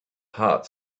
heart